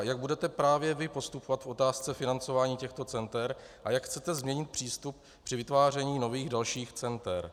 Jak budete právě vy postupovat v otázce financování těchto center a jak chcete změnit přístup při vytváření nových dalších center?